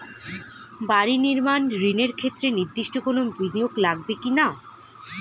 বাড়ি নির্মাণ ঋণের ক্ষেত্রে নির্দিষ্ট কোনো বিনিয়োগ লাগবে কি না?